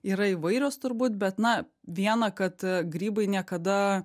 yra įvairios turbūt bet na viena kad grybai niekada